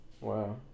wow